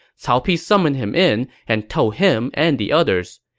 cao pi summoned him in and told him and the others,